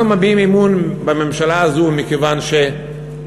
אנחנו מביעים אי-אמון בממשלה הזו מכיוון שלצערנו,